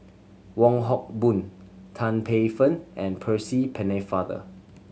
Wong Hock Boon Tan Paey Fern and Percy Pennefather